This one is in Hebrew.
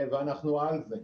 ואנחנו על זה.